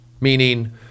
Meaning